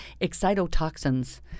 excitotoxins